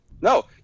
No